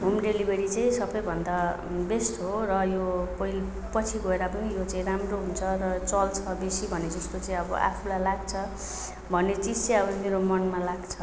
home delivery चाहिँ सबैभन्दा best हो र यो पहिला पछि गएर पनि यो चाहिँ राम्रो हुन्छ र चल्छ बेसी भनेको जस्तो चाहिँ अब आफूलाई लाग्छ भन्ने चिज चाहिँ अब मेरो मनमा लाग्छ